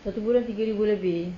satu bulan tiga ribu lebih